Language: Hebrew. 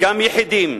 גם יחידים,